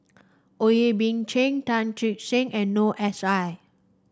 Boey Kim Cheng Teo Chee Hean and Noor S I